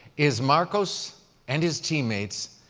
is marcus and his teammates,